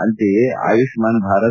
ಅಂತೆಯೇ ಆಯುಷ್ಸಾನ್ ಭಾರತ್